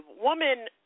woman